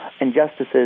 injustices